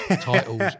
titles